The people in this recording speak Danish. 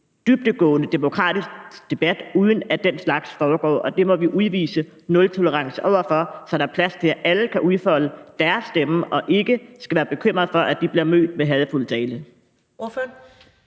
dybdegående demokratisk debat, uden at den slags foregår. Det må vi udvise nultolerance over for, så der er plads til, at alle kan udfolde deres stemme og ikke skal være bekymret for, at de bliver mødt med hadefuld tale.